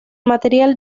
material